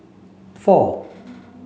four